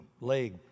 leg